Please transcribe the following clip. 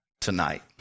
tonight